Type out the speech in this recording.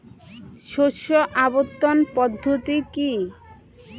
শস্য আবর্তন পদ্ধতি কি?